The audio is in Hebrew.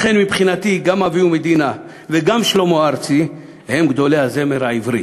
לכן מבחינתי גם אביהו מדינה וגם שלמה ארצי הם גדולי הזמר העברי,